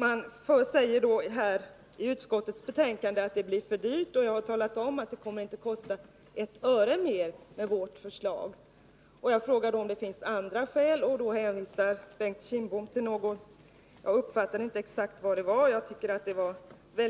Man säger i utskottsbetänkandet att det blir för dyrt att göra så, men jag har talat om att vårt förslag inte kommer att kosta ett öre mer. När jag då undrar om det finns andra skäl ger Bengt Kindbom en hänvisning till något som jag inte exakt uppfattade. Jag tycker att det var ett